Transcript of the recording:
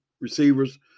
receivers